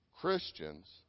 Christians